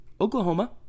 Oklahoma